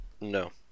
No